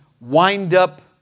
wind-up